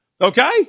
Okay